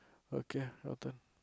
okay your turn